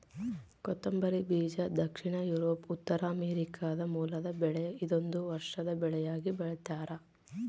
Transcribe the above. ಕೊತ್ತಂಬರಿ ಬೀಜ ದಕ್ಷಿಣ ಯೂರೋಪ್ ಉತ್ತರಾಮೆರಿಕಾದ ಮೂಲದ ಬೆಳೆ ಇದೊಂದು ವರ್ಷದ ಬೆಳೆಯಾಗಿ ಬೆಳ್ತ್ಯಾರ